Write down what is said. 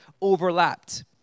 overlapped